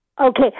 Okay